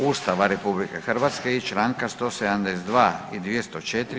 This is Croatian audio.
Ustava RH i Članka 172. i 204.